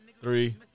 Three